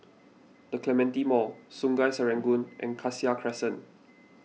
the Clementi Mall Sungei Serangoon and Cassia Crescent